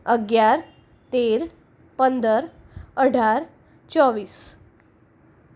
અગિયાર તેર પંદર અઢાર ચોવીસ